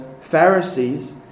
Pharisees